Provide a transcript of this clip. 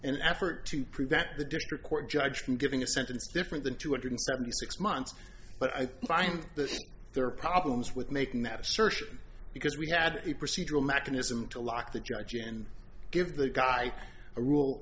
an effort to prevent the district court judge from giving a sentence different than two hundred seventy six months but i find that there are problems with making that assertion because we had a procedural mechanism to lock the judge and give the guy a rule